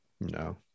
No